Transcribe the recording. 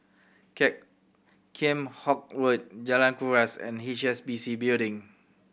Kheam Hock Road Jalan Kuras and H S B C Building